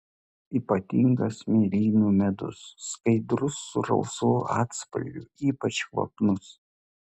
ypatingas mėlynių medus skaidrus su rausvu atspalviu ypač kvapnus